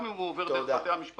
גם אם הוא עובר דרך בתי המשפט,